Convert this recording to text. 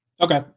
Okay